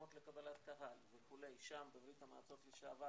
מקומות לקבלת קהל וכו' שם בברית המועצות לשעבר